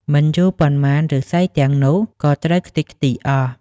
មិនយូរប៉ុន្មានឫស្សីទាំងនោះក៏ត្រូវខ្ទេចខ្ទីអស់។